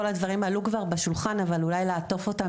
כל הדברים עלו כבר בשולחן אבל אולי לעטוף אותם